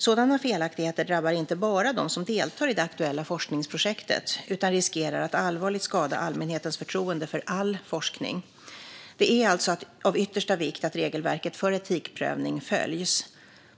Sådana felaktigheter drabbar inte bara dem som deltar i det aktuella forskningsprojektet utan riskerar att allvarligt skada allmänhetens förtroende för all forskning. Det är alltså av yttersta vikt att regelverket för etikprövning följs.